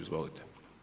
Izvolite.